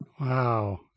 Wow